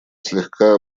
слегка